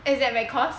is that my course